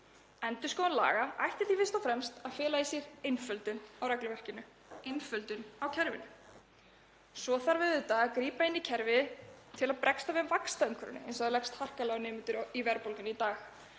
Endurskoðun laga ætti því fyrst og fremst að fela í sér einföldun á regluverkinu, einföldun á kerfinu. Svo þarf auðvitað að grípa inn í kerfið til að bregðast við vaxtaumhverfinu eins og það leggst harkalega á nemendur í verðbólgunni í dag.